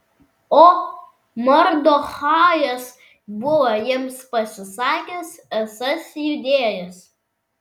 o mardochajas buvo jiems pasisakęs esąs judėjas